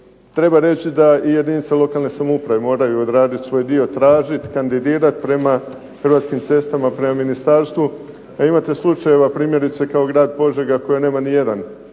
Treba reći da jedinice lokalne samouprave moraju odraditi svoj dio, tražiti, kandidirati prema Ministarstvu. Imate slučajeva kao grad Požega da nema niti jedan